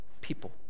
people